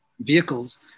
vehicles